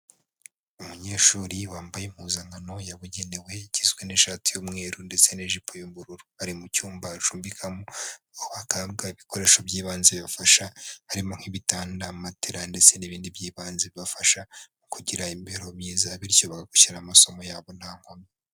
Umunyeshuri wambaye impuzankano yabugenewe igizwe n'ishati y'umweru ndetse n'ijipo y'ubururu. Ari mu cyumba acumbikamo aho ahabwa ibikoresho by'ibanze bibafasha harimo nk'ibitanda, matera ndetse n'ibindi by'ibanze bibafasha mu kugira imibereho myiza, bityo bagakurikira amasomo yabo nta nkomyi.